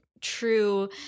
true